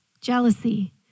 jealousy